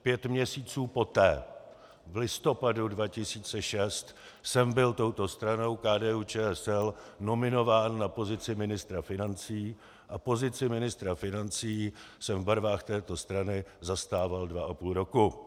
Pět měsíců poté, v listopadu 2006, jsem byl touto stranou KDUČSL nominován na pozici ministra financí a pozici ministra financí jsem v barvách této strany zastával dva a půl roku.